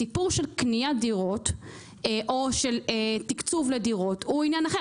הסיפור של קניית דירות או של תיקצוב לדורות הוא עניין אחר.